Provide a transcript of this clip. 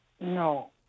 No